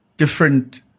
Different